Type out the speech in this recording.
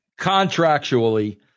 contractually